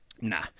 nah